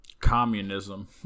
Communism